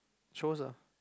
shows ah